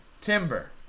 timber